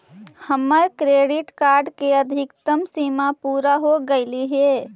हमर credit card के अधिकतम सीमा पूरा हो गेलई हे